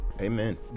Amen